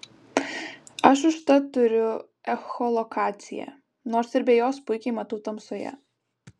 aš užtat turiu echolokaciją nors ir be jos puikiai matau tamsoje